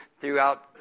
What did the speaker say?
throughout